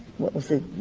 what was it,